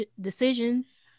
decisions